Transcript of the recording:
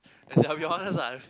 as in I'll be honest ah